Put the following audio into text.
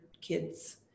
kids